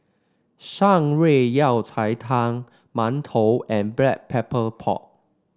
Shan Rui Yao Cai Tang mantou and Black Pepper Pork